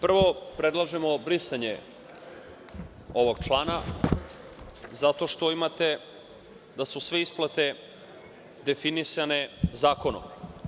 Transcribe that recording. Prvo, predlažemo brisanje ovog člana, zato što imate da su sve isplate definisane zakonom.